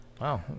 wow